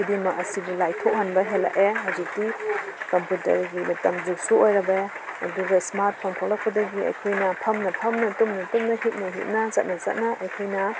ꯈꯨꯗꯤꯡꯃꯛ ꯑꯁꯤꯕꯨ ꯂꯥꯏꯊꯣꯛꯍꯟꯕ ꯍꯦꯜꯂꯛꯑꯦ ꯍꯧꯖꯤꯛꯇꯤ ꯀꯝꯄꯨꯇꯔꯒꯤ ꯃꯇꯝ ꯖꯨꯒꯁꯨ ꯑꯣꯏꯔꯛꯑꯦ ꯑꯗꯨꯒ ꯁ꯭ꯃꯥꯔꯠꯐꯣꯟ ꯊꯣꯛꯂꯛꯄꯗꯒꯤ ꯑꯩꯈꯣꯏꯅ ꯐꯝꯅ ꯐꯝꯅ ꯇꯨꯝꯅ ꯇꯨꯝꯅ ꯍꯤꯞꯅ ꯍꯤꯞꯅ ꯆꯠꯅ ꯆꯠꯅ ꯑꯩꯈꯣꯏꯅ